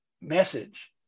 message